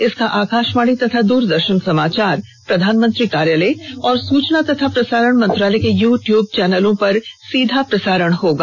इसका आकाशवाणी तथा द्रदर्शन समाचार प्रधानमंत्री कार्यालय और सूचना एवं प्रसारण मंत्रालय के यू टयूब चैनलों पर सीधा प्रसारण होगा